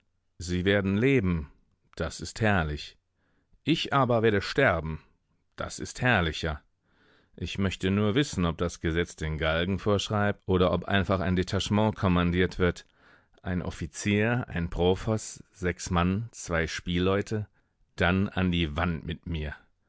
sie werden leben das ist herrlich ich aber werde sterben das ist herrlicher ich möchte nur wissen ob das gesetz den galgen vorschreibt oder ob einfach ein detachement kommandiert wird ein offizier ein profos sechs mann zwei spielleute dann an die wand mit mir